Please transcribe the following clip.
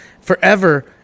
forever